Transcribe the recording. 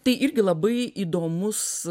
tai irgi labai įdomus